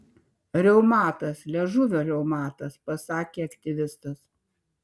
reumatas liežuvio reumatas pasakė aktyvistas